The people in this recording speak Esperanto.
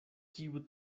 kiu